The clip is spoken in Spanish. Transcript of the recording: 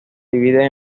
divide